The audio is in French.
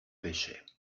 pêchais